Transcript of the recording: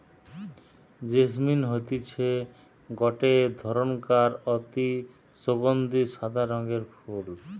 jasmine হতিছে গটে ধরণকার অতি সুগন্ধি সাদা রঙের ফুল